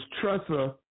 Tressa